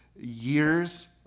years